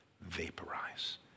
vaporize